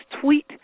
tweet